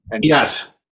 Yes